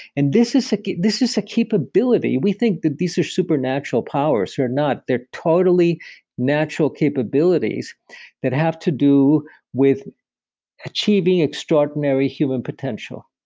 and this is like this is a capability. we think that these are supernatural powers, they're not. they're totally natural capabilities that have to do with achieving extraordinary human potential.